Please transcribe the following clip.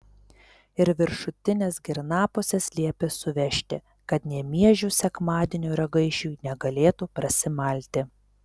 ir viršutines girnapuses liepė suvežti kad nė miežių sekmadienio ragaišiui negalėtų prasimalti